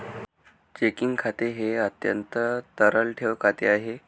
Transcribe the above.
checking खाते हे अत्यंत तरल ठेव खाते आहे